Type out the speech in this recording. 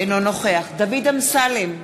אינו נוכח דוד אמסלם,